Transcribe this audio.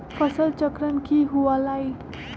फसल चक्रण की हुआ लाई?